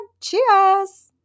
cheers